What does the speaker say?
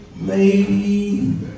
Lady